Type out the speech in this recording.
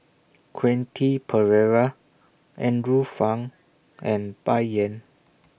Quentin Pereira Andrew Phang and Bai Yan